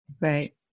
Right